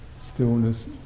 stillness